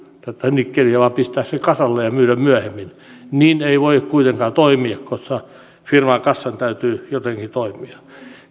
tätä nikkeliä vaan pistää se kasalle ja myydä myöhemmin niin ei voi kuitenkaan toimia koska firman kassan täytyy jotenkin toimia